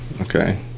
Okay